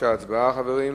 הצבעה, בבקשה, חברים.